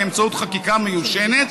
באמצעות חקיקה מיושנת.